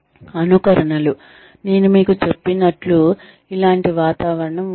అనుకరణలు నేను మీకు చెప్పినట్లు ఇలాంటి వాతావరణం ఉంటుంది